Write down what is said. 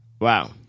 Wow